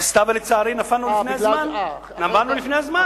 עשתה, ולצערי נפלנו לפני הזמן, מה לעשות.